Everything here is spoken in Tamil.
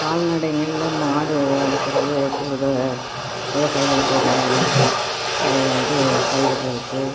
கால்நடைங்களில் மாடு வளர்க்குறது பெரிது விவசாயிங்களுக்கு ப இது பயிரிடுறதுக்கு